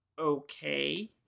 okay